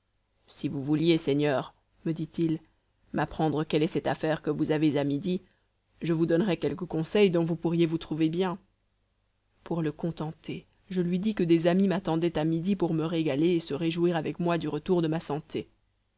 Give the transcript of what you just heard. si vous vouliez seigneur me dit-il m'apprendre quelle est cette affaire que vous avez à midi je vous donnerais quelque conseil dont vous pourriez vous trouver bien pour le contenter je lui dis que des amis m'attendaient à midi pour me régaler et se réjouir avec moi du retour de ma santé